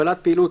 הגבלת פעילות),